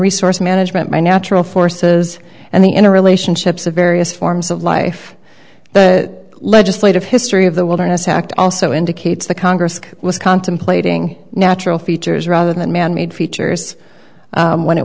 resource management by natural forces and the inner relationships of various forms of life that legislative history of the wilderness act also indicates the congress was contemplating natural features rather than manmade features when it